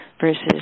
versus